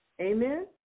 Amen